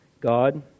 God